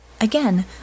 Again